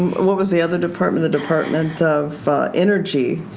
what was the other department? the department of energy.